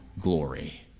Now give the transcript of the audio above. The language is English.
glory